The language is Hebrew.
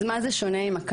אז מה זה שונה מהקנביס?